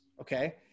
okay